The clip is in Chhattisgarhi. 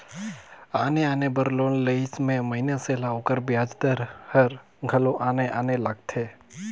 आने आने बर लोन लेहई में मइनसे ल ओकर बियाज दर हर घलो आने आने लगथे